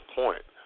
point